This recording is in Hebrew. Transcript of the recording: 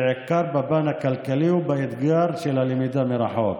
בעיקר בפן הכלכלי ובאתגר של הלמידה מרחוק.